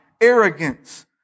arrogance